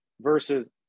versus